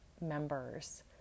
members